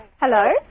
Hello